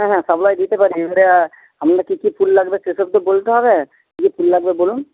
হ্যাঁ হ্যাঁ সাপ্লাই দিতে পারি এবারে আপনার কী কী ফুল লাগবে সেসব তো বলতে হবে কী কী ফুল লাগবে বলুন